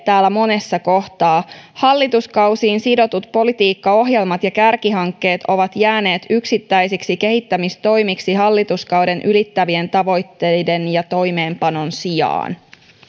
täällä monessa kohtaa tulee tämä sama huomio hallituskausiin sidotut politiikkaohjelmat ja kärkihankkeet ovat jääneet yksittäisiksi kehittämistoimiksi hallituskaudet ylittävien tavoitteiden ja toimeenpanon sijaan